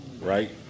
right